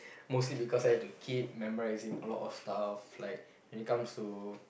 mostly because I have to keep memorising a lot of stuff like when it comes to